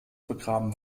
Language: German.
begraben